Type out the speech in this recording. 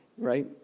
right